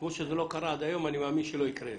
כמו שזה לא קרה עד היום אני מאמין שלא יקרה.